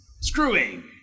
Screwing